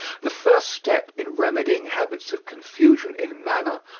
the first step in remedying habits of confusion in manner,